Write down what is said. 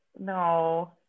no